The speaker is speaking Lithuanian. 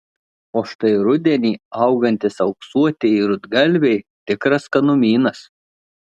o štai rudenį augantys auksuotieji rudgalviai tikras skanumynas